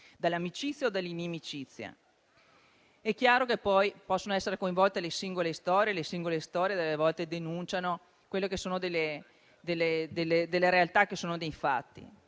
dall'amicizia o dall'inimicizia. È chiaro che poi possono essere coinvolte le singole storie che delle volte denunciano delle realtà che sono dei fatti.